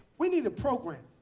we need a program.